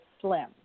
slim